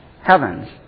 heavens